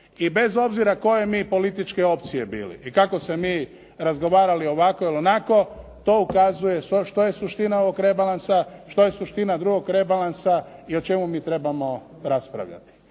I bez obzira koje mi političke opcije bili i kako se mi razgovarali ovako ili onako to ukazuje što je suština ovog rebalansa, što je suština drugog rebalansa i o čemu mi trebamo raspravljati.